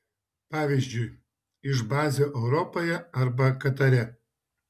pavyzdžiui iš bazių europoje arba katare